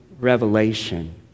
revelation